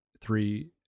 three